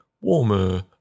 warmer